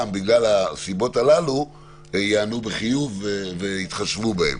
מהסיבות הללו ייענו בחיוב ויתחשבו בהן.